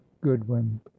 Goodwin